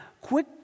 quick